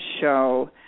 show